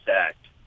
Act